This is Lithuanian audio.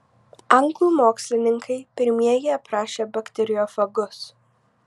anglų mokslininkai pirmieji aprašė bakteriofagus